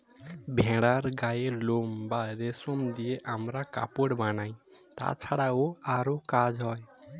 ভেড়ার গায়ের লোম বা রেশম দিয়ে আমরা কাপড় বানাই, তাছাড়াও আরো কাজ হয়